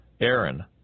Aaron